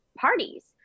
parties